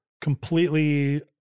completely